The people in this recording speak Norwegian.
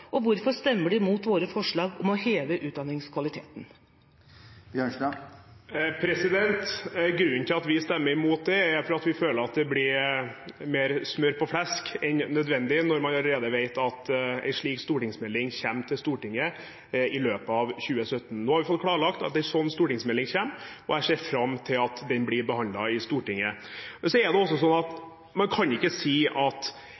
Og hvorfor stemmer de imot våre forslag om å heve utdanningskvaliteten? Grunnen til at vi stemmer imot det, er at vi føler at det blir mer smør på flesk enn nødvendig når man allerede vet at en slik stortingsmelding kommer til Stortinget i løpet av 2017. Nå har vi fått klarlagt at en slik stortingsmelding kommer, og jeg ser fram til at den blir behandlet i Stortinget. Men så kan man ikke si at